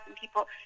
people